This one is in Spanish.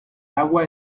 agua